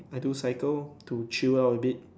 I do cycle to chill out a bit